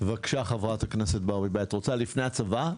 חברת הכנסת ברביבאי, בבקשה.